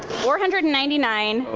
four hundred and ninety nine.